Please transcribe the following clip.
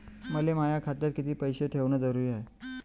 मले माया खात्यात कितीक पैसे ठेवण जरुरीच हाय?